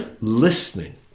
listening